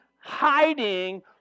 hiding